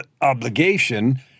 obligation